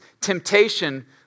temptation